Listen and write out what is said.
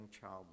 child